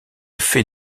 fait